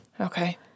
Okay